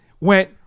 went –